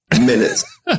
minutes